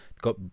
got